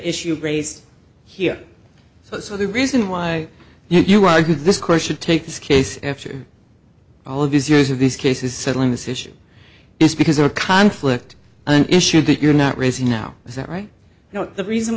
issue of race here so the reason why you argue this question take this case after all these years of these cases settling this issue is because our conflict an issue that you're not raising now is that right now the reason